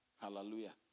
Hallelujah